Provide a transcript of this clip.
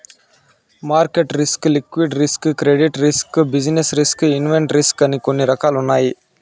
market risk liquidity risk credit risk business risk invest risk అని కొన్ని రకాలున్నాయి